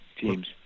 teams